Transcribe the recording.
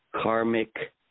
karmic